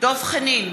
דב חנין,